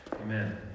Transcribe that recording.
Amen